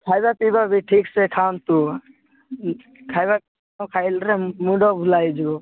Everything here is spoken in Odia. ଖାଇବା ପିଇବା ବି ଠିକ୍ ସେ ଖାଆନ୍ତୁ ଖାଇବା ଜିନିଷ ମୁଣ୍ଡ ବୁଲା ହୋଇଯିବ